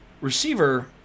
receiver